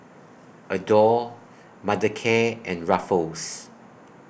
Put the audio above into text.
Adore Mothercare and Ruffles